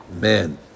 man